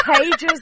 pages